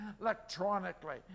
electronically